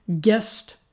guest